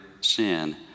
sin